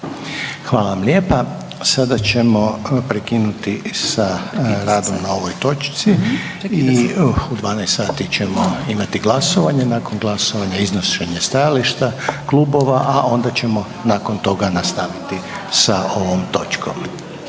Hvala vam lijepa. Sada ćemo prekinuti sa radom na ovoj točci i u 12 sati ćemo imati glasovanje. Nakon glasovanja iznošenje stajališta klubova, a onda ćemo nakon toga nastaviti sa ovom točkom.